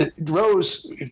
Rose